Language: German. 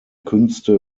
künste